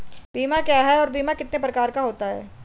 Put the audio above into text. बीमा क्या है और बीमा कितने प्रकार का होता है?